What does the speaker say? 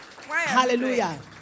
Hallelujah